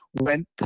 went